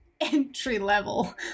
entry-level